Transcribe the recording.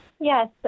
Yes